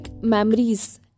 memories